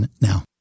now